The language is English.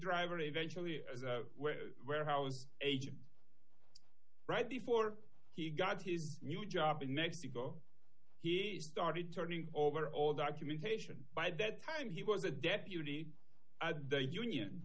driver eventually as warehouse agent right before he got his new job in mexico he started turning over all documentation by that time he was a deputy at the union